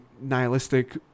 nihilistic